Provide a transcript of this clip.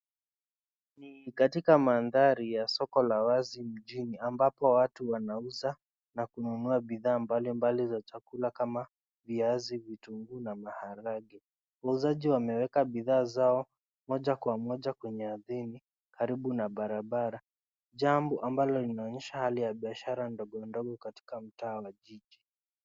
Ni katika mandhari ya soko la wazi mjini, ambapo watu wanauza na kununua bidhaa mbalimbali za chakula kama viazi, vitunguu na maharagwe. Wauzaji wameweka bidhaa zao moja kwa moja kwenye ardhini karibu na barabara. Jambo ambalo linaonyesha hali ya biashara ndogo ndogo katika mtaa wa jiji.